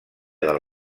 del